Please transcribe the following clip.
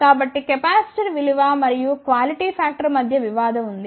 కాబట్టి కెపాసిటర్ విలువ మరియు క్వాలిటీ ఫాక్టర్ మధ్య వివాదం ఉంది